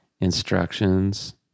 instructions